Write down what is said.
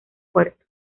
puerto